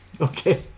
Okay